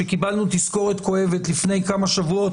שקיבלנו תזכורת כואבת לפני כמה שבועות